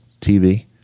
TV